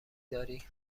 داری